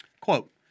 Quote